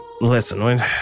Listen